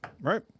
right